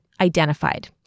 identified